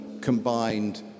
combined